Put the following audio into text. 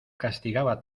castigaba